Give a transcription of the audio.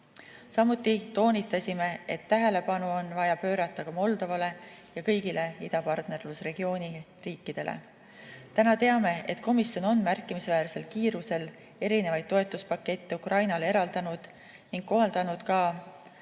Samuti toonitasime, et tähelepanu on vaja pöörata ka Moldovale ja kõigile idapartnerlusregiooni riikidele. Täna teame, et komisjon on märkimisväärsel kiirusel erinevaid toetuspakette Ukrainale [käivitanud] ning kohaldanud ka